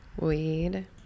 Weed